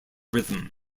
rhythm